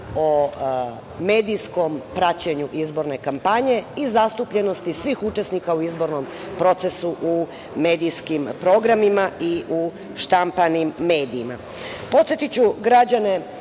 o medijskom praćenju izborne kampanje i zastupljenosti svih učesnika u izbornom procesu u medijskim programima i u štampanim medijima. Podsetiću građane